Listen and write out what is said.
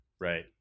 right